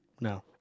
No